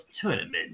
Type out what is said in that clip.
Tournament